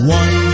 one